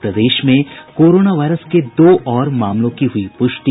और प्रदेश में कोरोना वायरस के दो और मामलों की हुई पुष्टि